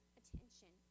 attention